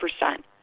percent